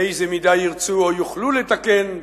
באיזו מידה ירצו או יוכלו לתקן,